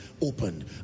opened